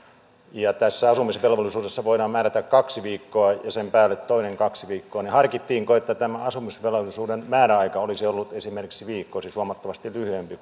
ja tässä asumisvelvollisuudessa voidaan määrätä kaksi viikkoa ja sen päälle toinen kaksi viikkoa niin harkittiinko että tämä asumisvelvollisuuden määräaika olisi ollut esimerkiksi viikko siis huomattavasti lyhyempi